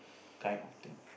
kind of thing